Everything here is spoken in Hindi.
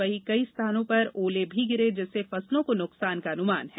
वहीं कई स्थानों पर ओले भी गिरे जिससे फसलों को नुकसान पहॅचा है